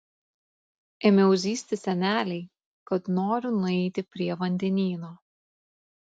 ėmiau zyzti senelei kad noriu nueiti prie vandenyno